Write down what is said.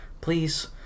please